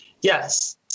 Yes